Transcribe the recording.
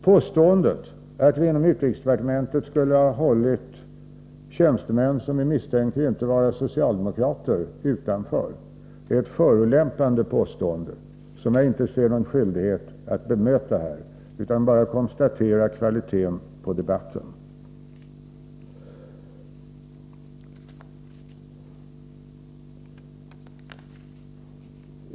Påståendet att vi inom utrikesdepartementet skulle ha hållit tjänstemän som är misstänkta för att inte vara socialdemokrater utanför är ett förolämpande påstående, som jag inte ser någon skyldighet att bemöta. Jag vill bara konstatera kvaliteten på debatten.